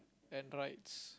and rights